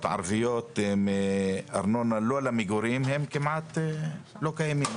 הערביות מארנונה לא למגורים הן כמעט לא קיימות.